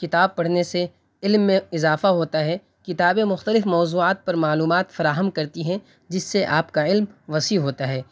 کتاب پڑھنے سے علم میں اضافہ ہوتا ہے کتابیں مختلف موضوعات پر معلومات فراہم کرتی ہیں جس سے آپ کا علم وسیع ہوتا ہے